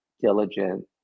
diligent